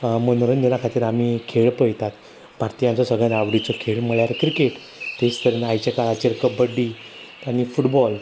मनोरंजना खातीर आमी खेळ पळयतात भारतियांचो सगल्यांन आवडीचो खेळ म्हळ्यार क्रिकेट तेच तरेन आयच्या काळाचेर कबड्डी आणी फुटबॉल